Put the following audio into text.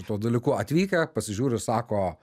tuo dalyku atvykę pasižiūri ir sako